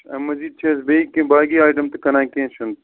اَمہِ مٔزید چھِ اَسہِ بیٚیہِ کیٚنٛہہ باقی آیٹم تہِ کٕنان کیٚنٛہہ چھُنہٕ